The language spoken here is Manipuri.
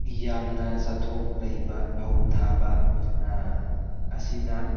ꯌꯥꯝꯅ ꯆꯥꯊꯣꯛ ꯂꯩꯕ ꯐꯧ ꯊꯥꯕ ꯑꯁꯤꯅ